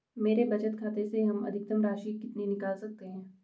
मेरे बचत खाते से हम अधिकतम राशि कितनी निकाल सकते हैं?